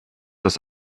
das